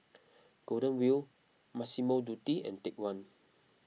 Golden Wheel Massimo Dutti and Take one